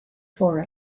for